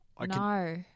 No